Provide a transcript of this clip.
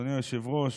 אדוני היושב-ראש,